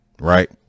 right